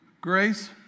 Grace